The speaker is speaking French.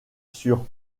sur